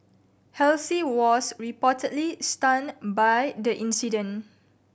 Halsey was reportedly stunned by the incident